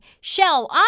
Shell